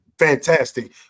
fantastic